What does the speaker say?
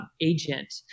Agent